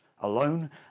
alone